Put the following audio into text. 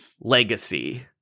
Legacy